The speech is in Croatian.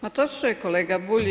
Pa točno je kolega Bulj.